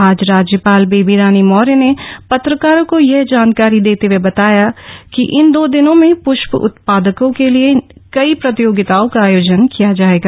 आज राज्यपाल बेबी रानी मौर्य ने पत्रकारों को यह जानकारी देते हुए बताया कि इन दो दिनों में पृष्प उत्पादकों के लिए कई प्रतियोगिताओं का आयोजन किया जायेगा